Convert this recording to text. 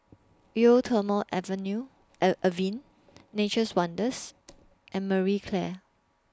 Eau Thermale Avenue Avene Nature's Wonders and Marie Claire